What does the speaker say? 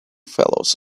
fellows